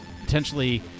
potentially